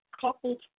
coupled